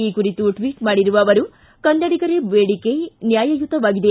ಈ ಕುರಿತು ಟ್ವೀಟ್ ಮಾಡಿರುವ ಅವರು ಕನ್ನಡಿಗರ ಬೇಡಿಕೆ ನ್ಕಾಯಯುತವಾಗಿದೆ